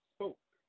Spoke